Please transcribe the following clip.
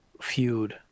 feud